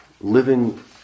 living